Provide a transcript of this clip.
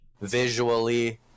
visually